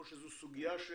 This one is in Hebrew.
או שזו סוגיה ש